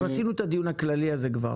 עשינו את הדיון הכללי הזה כבר,